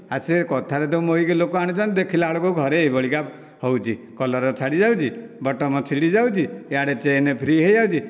ସେ କଥା ରେ ତ ମୋହିକି ଲୋକ ଆଣୁଛନ୍ତି ଦେଖିଲା ବେଳକୁ ଘରେ ଏଭଳିକା ହେଉଛି କଲର ଛାଡ଼ି ଯାଉଚି ବଟମ ଛିଡ଼ି ଯାଉଛି ଇଆଡ଼େ ଚେନ୍ ଫ୍ରି ହେଇ ଯାଉଚି